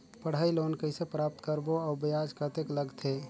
पढ़ाई लोन कइसे प्राप्त करबो अउ ब्याज कतेक लगथे?